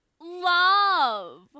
Love